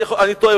אני טועה,